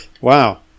Wow